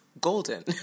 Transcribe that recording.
golden